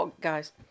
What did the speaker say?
guys